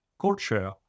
culture